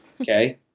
Okay